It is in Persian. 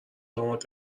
داماد